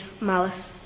malice